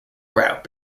route